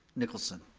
nicholson.